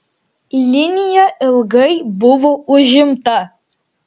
linija ilgai buvo užimta